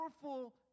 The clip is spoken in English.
powerful